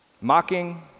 Mocking